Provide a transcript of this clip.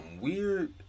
weird